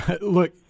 look